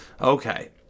Okay